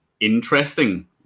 interesting